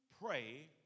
pray